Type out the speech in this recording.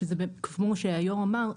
כמו שהיו"ר אמר,